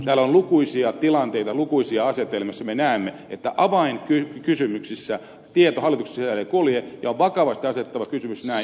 täällä on lukuisia tilanteita lukuisia asetelmia missä me näemme että avainkysymyksissä tieto hallituksen sisällä ei kulje ja on vakavasti asetettava kysymys näin